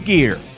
Gear